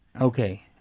Okay